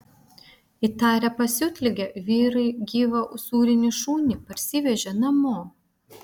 įtarę pasiutligę vyrai gyvą usūrinį šunį parsivežė namo